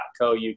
.co.uk